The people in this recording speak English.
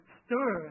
stir